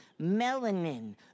melanin